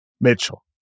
Mitchell